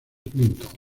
clinton